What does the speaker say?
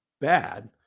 Bad